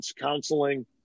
counseling